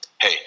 hey